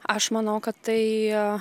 aš manau kad tai